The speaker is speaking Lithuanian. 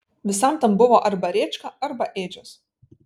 visam tam buvo arba rėčka arba ėdžios